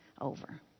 over